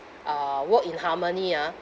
uh work in harmony ah